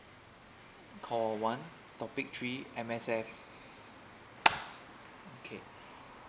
call one topic three M_S_F okay